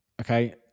okay